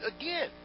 again